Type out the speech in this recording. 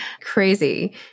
Crazy